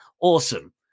Awesome